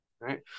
Right